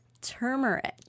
turmeric